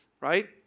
Right